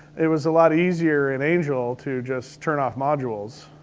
it was a lot easier in angel to just turn off modules,